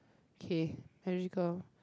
okay magical